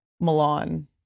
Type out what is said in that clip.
Milan